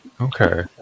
okay